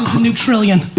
new trillion.